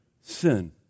sin